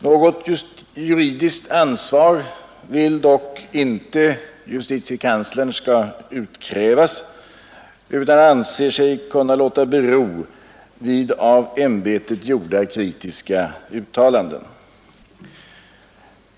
Något juridiskt ansvar vill dock justitiekanslern inte skall utkrävas utan anser sig kunna låta bero vid av ämbetet gjorda kritiska uttalanden.